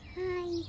Hi